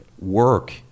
work